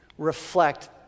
reflect